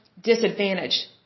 disadvantaged